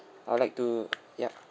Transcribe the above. I would like to yup